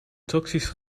toxisch